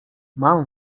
mam